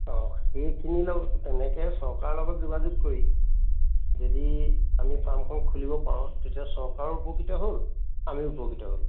অ' সেইখিনিৰ লগত তেনেকে চৰকাৰৰ লগত যোগাযোগ কৰি যদি আমি ফাৰ্মখন খুলিব পাৰোঁ তেতিয়া চৰকাৰৰ উপকৃত হ'ল আমিও উপকৃত হ'লো